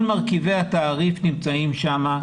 כל מרכיבי התעריף נמצאים שם,